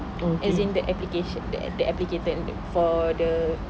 as in the application that the application for the